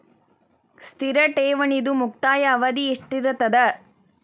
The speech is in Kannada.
ಸ್ಥಿರ ಠೇವಣಿದು ಮುಕ್ತಾಯ ಅವಧಿ ಎಷ್ಟಿರತದ?